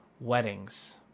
weddings